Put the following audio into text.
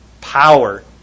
power